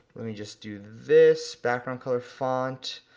let me just do this, background color, font,